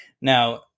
Now